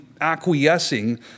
acquiescing